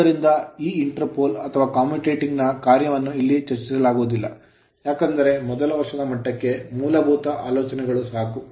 ಆದ್ದರಿಂದ ಈ interpole interpole ಅಥವಾ commutating ಕಮ್ಯೂಟೇಟಿಂಗ್ ಪೋಲ್ ನ ಕಾರ್ಯವನ್ನು ಇಲ್ಲಿ ಚರ್ಚಿಸಲಾಗುವುದಿಲ್ಲ ಏಕೆಂದರೆ ಮೊದಲ ವರ್ಷದ ಮಟ್ಟಕ್ಕೆ ಮೂಲಭೂತ ಆಲೋಚನೆಗಳು ಸಾಕು